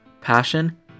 passion